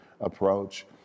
approach